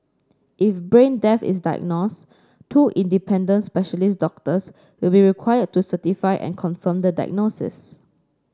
if brain death is diagnosed two independent specialist doctors will be required to certify and confirm the diagnosis